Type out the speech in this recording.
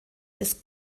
des